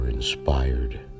Inspired